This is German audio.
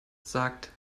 sagt